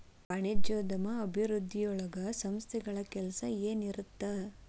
ವಾಣಿಜ್ಯೋದ್ಯಮ ಅಭಿವೃದ್ಧಿಯೊಳಗ ಸಂಸ್ಥೆಗಳ ಕೆಲ್ಸ ಏನಿರತ್ತ